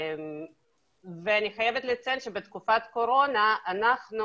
אני חייבת לציין שבתקופת קורונה אנחנו